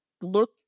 Look